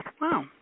Wow